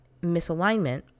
misalignment